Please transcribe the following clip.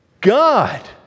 God